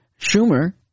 Schumer